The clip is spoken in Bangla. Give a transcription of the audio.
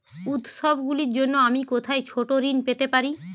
উত্সবগুলির জন্য আমি কোথায় ছোট ঋণ পেতে পারি?